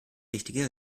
richtige